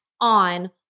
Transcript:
on